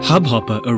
Hubhopper